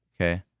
Okay